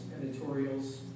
editorials